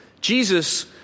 Jesus